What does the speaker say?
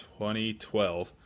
2012